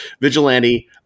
vigilante